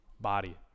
body